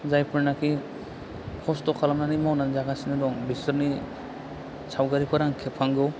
जायफोरनाखि खसथ' खालामनानै मावनानै जागासिनो दं बिसोरनि सावगारिफोर आं खेबखांगौ